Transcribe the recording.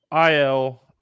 IL